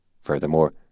Furthermore